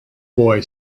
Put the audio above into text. boy